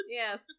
yes